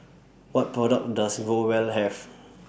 What products Does Growell Have